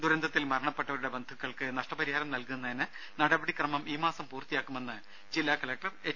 ദുരന്തത്തിൽ മരണപ്പെട്ടവരുടെ ബന്ധുക്കൾക്ക് നഷ്ടപരിഹാരം നൽകുന്നതിന് നടപടിക്രമം ഈ മാസം പൂർത്തിയാക്കുമെന്ന് ജില്ലാകലക്ടർ എച്ച്